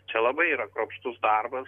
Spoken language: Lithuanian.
čia labai yra kruopštus darbas